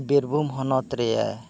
ᱵᱤᱨᱵᱷᱩᱢ ᱦᱚᱱᱚᱛ ᱨᱮ